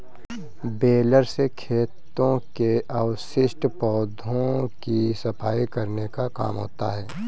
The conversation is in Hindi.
बेलर से खेतों के अवशिष्ट पौधों की सफाई करने का काम होता है